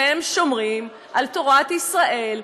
ששומרים על תורת ישראל,